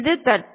இது தட்டு